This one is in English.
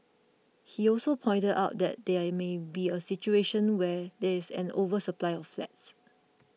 he also pointed out that there may be a situation where there is an oversupply of flats